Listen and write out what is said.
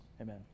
Amen